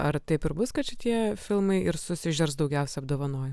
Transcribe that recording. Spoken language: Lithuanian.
ar taip ir bus kad šitie filmai ir susižers daugiausiai apdovanojimų